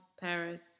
Paris